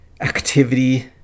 activity